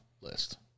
list